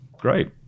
great